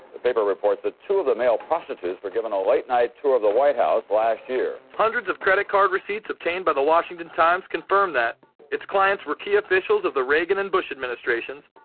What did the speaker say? the paper reports that two of the male prostitutes. were given a late night tour of the white house last year. hundreds of credit card receipts obtained by the washington times. confirm that its clients were key officials of the reagan and bush administrations,